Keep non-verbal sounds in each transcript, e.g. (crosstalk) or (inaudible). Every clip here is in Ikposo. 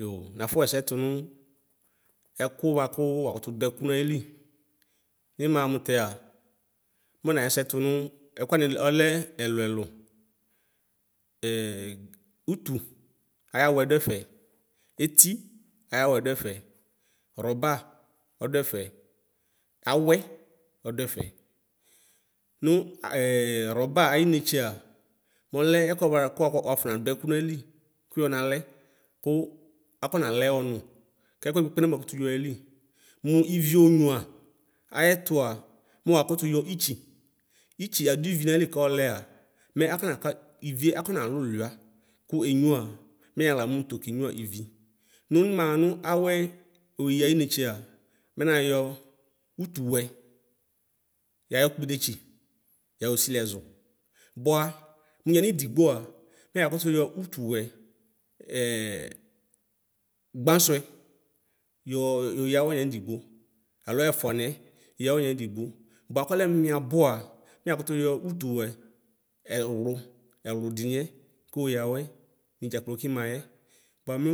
Yo nafɔxɛsɛ tʋnʋ ɛkʋ bʋakʋ wakʋtʋ dʋ ɛkʋ nayili nimaxa mʋtɛa mʋ naxɛsɛ tʋnʋ ɛkʋani ɔlɛ ɛlʋ ɛlʋ (hesitation) ʋtʋ ayawɛ dʋɛfɛ eti ayawɛ dʋɛfɛ rɔba ɔdʋɛfɛ awɛ ɔdʋɛfɛ nʋ (hesitation) rɔba ayi netsea mɔlɛ ɛkʋ ɛkʋa bʋakʋ wafɔnadʋ ɛkʋ nayili kʋyɔ nalɛ kʋ akɔnalɛ ʋnʋ kɛkʋɛdi kpekpe nama kutu wiayili mʋ ivi onyua ayɛtʋa mʋ wakʋtʋ yɔ itsi itsi yadi ivi nali kɔlɛa mɛ afɔnaba ivie akɔnalʋluia kʋ enyua mɛ yanixla amʋ nʋ tokenya ivi nʋ nimaxa mʋ awɛ oya ayi netsea mɛ nayɛ ʋtʋwɛ yayɛ kpidetsi yuosili ɛzʋ bʋa mʋ yanidigbaa mɛ yakʋtʋ yɔ ʋtʋwɛ (hesitation) gbasʋɛ yɔo yeyawɛ yanidigbo alɛ ɛfʋaniɛ yawɛ yanidigbo bʋakʋlɛ mʋ miabʋa mɛ miakʋtʋ yɔ ʋtʋwɛ ɛwlʋ ɛwludiniɛ boyawɛ midzakplo kimayɛ bʋamʋ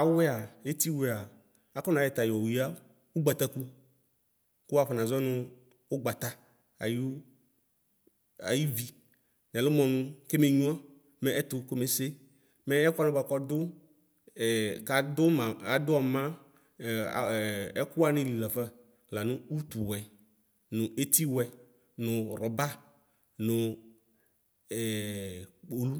awɛa efiwɛa afɔna yɔɛta yoya ʋgbakʋtʋ kʋ wafɔ nazɔ nʋ ʋgbata ayʋ ayivi nɛlʋmɔ nʋ kemenyua mɛ ɛtʋ kome see mɛ ɛkʋa wani bʋakʋ ɔdʋ (hesitation) kadʋ adʋ ɔma (hesitation) ɛkʋ wanili lafa lanʋ ʋtʋ wɛni nʋ efiwɛ nʋ rɔba nʋ (hesitation) kpolʋ.